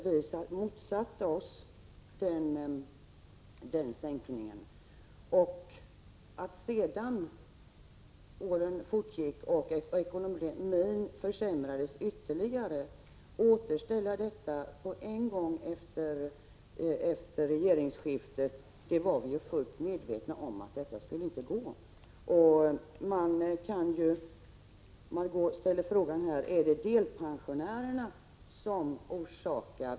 Vi var fullt medvetna om att det sedan åren hade fortgått och ekonomin försämrats ytterligare inte skulle vara möjligt att återställa delpensionsnivån omedelbart efter regeringsskiftet.